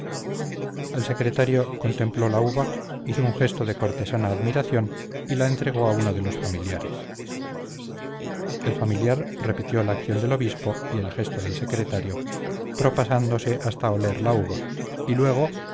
el secretario contempló también la uva hizo un gesto de cortesana admiración y la entregó a uno de los familiares el familiar repitió la acción del obispo y el gesto del secretario propasándose hasta oler la uva y luego